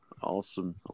Awesome